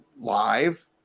live